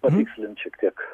patikslint šiek tiek